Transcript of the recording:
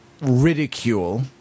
ridicule